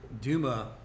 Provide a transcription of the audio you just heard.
Duma